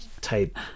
type